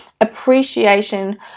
Appreciation